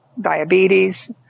diabetes